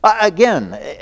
Again